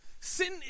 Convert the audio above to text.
sin